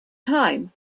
time